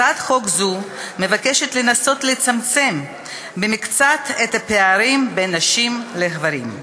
הצעת חוק זו מבקשת לנסות לצמצם במקצת את הפערים בין נשים לגברים.